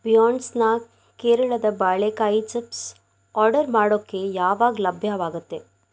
beyond snack ಕೇರಳದ ಬಾಳೆಕಾಯಿ chips order ಮಾಡೋಕ್ಕೆ ಯಾವಾಗ ಲಭ್ಯವಾಗತ್ತೆ